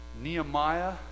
Nehemiah